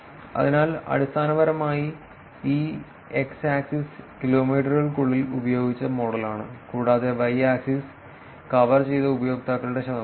അതിനാൽ അടിസ്ഥാനപരമായി ഈ എക്സ് ആക്സിസ് കിലോമീറ്ററുകൾക്കുള്ളിൽ ഉപയോഗിച്ച മോഡലാണ് കൂടാതെ വൈ ആക്സിസ് കവർ ചെയ്ത ഉപയോക്താക്കളുടെ ശതമാനമാണ്